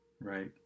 right